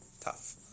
Tough